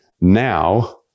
now